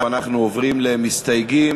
אנחנו עוברים למסתייגים.